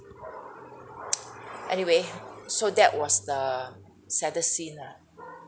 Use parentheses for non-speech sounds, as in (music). (noise) anyway so that was the saddest scene ah